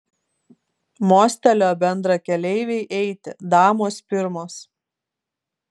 mostelėjo bendrakeleivei eiti damos pirmos